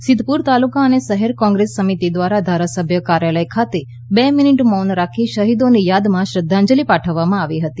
સિધ્ધપુર તાલુકા અને શહેર કોંગ્રેસ સમિતિ દ્વારા ધારાસભ્ય કાર્યાલય ખાતે બે મિનિટ મૌન રાખી શહીદોની યાદમાં શ્રદ્ધાંજલિ પાઠવવામાં આવી હતી